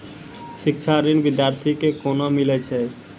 शिक्षा ऋण बिद्यार्थी के कोना मिलै छै?